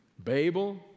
Babel